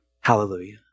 Hallelujah